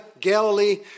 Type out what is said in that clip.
Galilee